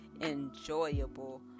enjoyable